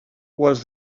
was